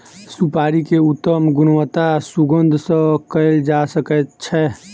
सुपाड़ी के उत्तम गुणवत्ता सुगंध सॅ कयल जा सकै छै